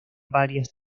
varias